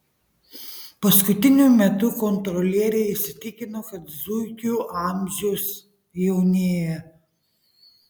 paskutiniu metu kontrolieriai įsitikino kad zuikių amžius jaunėja